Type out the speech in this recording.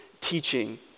teaching